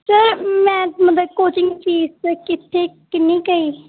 sir ਮੈਂ ਮਤਲਬ coaching fees ਕਿੱਥੇ ਕਿੰਨੀ ਕੁ ਹੈਗੀ